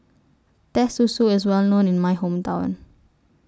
Teh Susu IS Well known in My Hometown